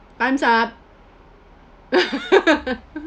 time's up